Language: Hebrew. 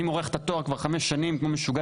אני עוד מורח את התואר כבר חמש שנים כמו משוגע,